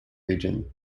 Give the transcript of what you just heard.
region